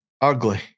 Ugly